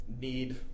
need